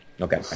Okay